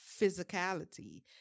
physicality